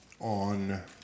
On